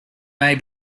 may